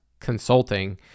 consulting